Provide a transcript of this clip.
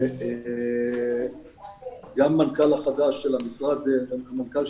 גם המנכ"ל של המשרד החדש,